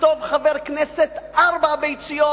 יכתוב חבר כנסת "ארבע ביציות"